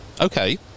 Okay